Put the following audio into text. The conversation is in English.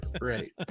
right